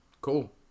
Cool